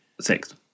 Six